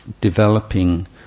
developing